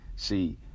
See